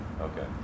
Okay